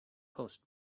post